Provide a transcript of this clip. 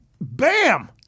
bam